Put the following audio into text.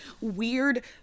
weird